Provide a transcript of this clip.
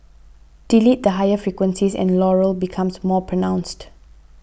delete the higher frequencies and Laurel becomes more pronounced